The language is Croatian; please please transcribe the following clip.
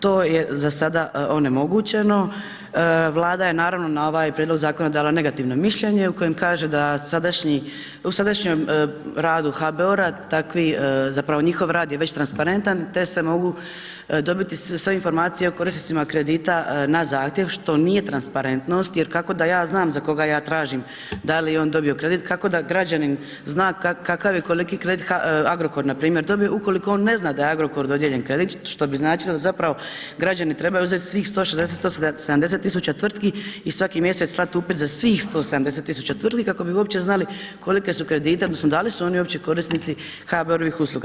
To je za sada onemogućeno, Vlada je naravno, na ovaj prijedlog zakona dala negativno mišljenje u kojem kaže da u sadašnjem radu HBOR-a takvi, zapravo njihov rad je već transparentan te se mogu dobiti sve informacije o korisnicima kredita na zahtjev, što nije transparentnost jer kako da ja znam za koga ja tražim da li je on dobio kredit, kako da građanin zna kakav je, koliki kredit Agrokor npr. dobio, ukoliko on ne zna da je Agrokoru dodijeljen kredit, što bi značilo zapravo da građani trebaju uzet svih 160, 170 tisuća tvrtki i svaki mjesec slati upit slati upit za svih 170 tisuća tvrtki kako bi uopće znali kolike su kredite odnosno da li su uopće korisnici HBOR-ovih usluga.